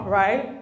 right